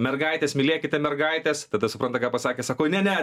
mergaitės mylėkite mergaites tada supranta ką pasakė sako ne ne